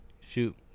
Shoot